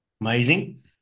Amazing